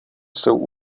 jsou